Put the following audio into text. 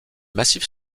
massif